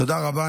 תודה רבה.